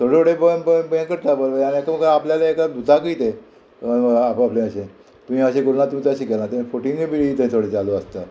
थोडे उडय पय पय पय करता बरोबर आनी एक वयर आपल्या एका धुताकय ते आपआपले अशें तुवें अशें करून तुमचो शिकला तें फुटींगूय बी थोडे चालू आसता